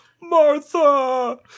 Martha